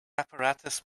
apparatus